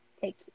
take